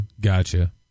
Gotcha